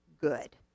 good